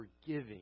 forgiving